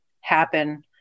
happen